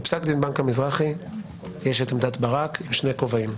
בפסק דין בנק המזרחי יש את עמדת ברק בשני כובעים.